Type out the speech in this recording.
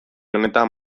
honetan